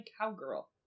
cowgirl